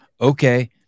Okay